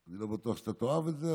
אני לא בטוח שאתה תאהב את זה,